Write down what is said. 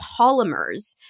polymers